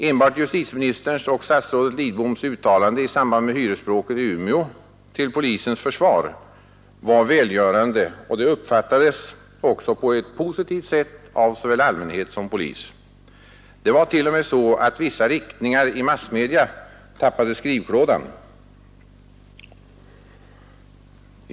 Enbart justitieministerns och statsrådet Lidboms uttalanden till polisens försvar i samband med hyresbråket i Umeå var välgörande och uppfattades också på ett positivt sätt av såväl allmänhet som polis. Det var t.o.m. så att vissa riktningar i massmedia tappade skrivklådan.